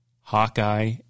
Hawkeye